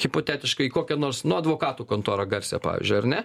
hipotetiškai į kokią nors nu advokatų kontorą garsią pavyzdžiui ar ne